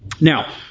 Now